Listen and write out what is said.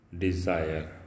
desire